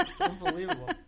Unbelievable